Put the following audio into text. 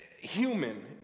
human